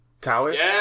Taoist